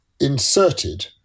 inserted